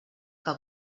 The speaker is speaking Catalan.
que